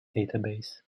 database